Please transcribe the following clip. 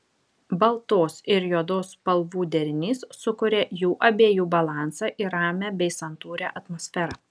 baltos ir juodos spalvų derinys sukuria jų abiejų balansą ir ramią bei santūrią atmosferą